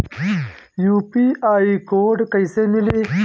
UPI code कैसे मिली?